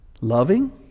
Loving